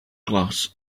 glass